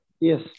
Yes